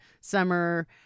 summer